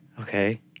Okay